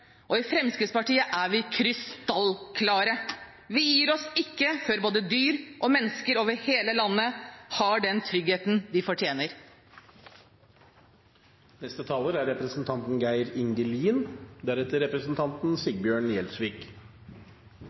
og i Fremskrittspartiet er vi krystallklare: Vi gir oss ikke før både dyr og mennesker over hele landet har den tryggheten de fortjener.